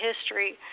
history